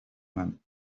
man